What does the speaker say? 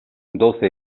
doce